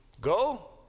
go